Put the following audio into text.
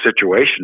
situation